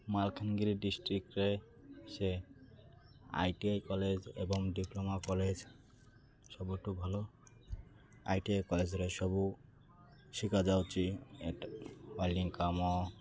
ମାଲକାନଗିରି ଡିଷ୍ଟ୍ରିକ୍ରେ ସେ I T I college ଏବଂ ଡିପ୍ଲୋମା କଲେଜ ସବୁଠୁ ଭଲ ଆଇ ଟି ଆଇ କଲେଜରେ ସବୁ ଶିଖାଯାଉଛି କାମ